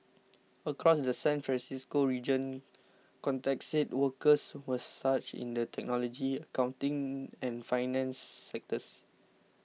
across the San Francisco region contacts said workers were scarce in the technology accounting and finance sectors